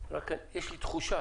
רק יש לי תחושה